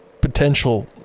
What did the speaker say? potential